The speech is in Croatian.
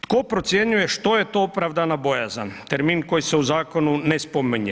Tko procjenjuje što je to opravdana bojazan, termin koji se u zakonu ne spominje.